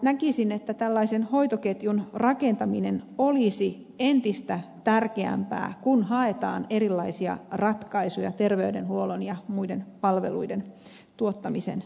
näkisin että tällaisen hoitoketjun rakentaminen olisi entistä tärkeämpää kun haetaan erilaisia ratkaisuja terveydenhuollon ja muiden palveluiden tuottamisen suuntaan